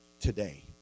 today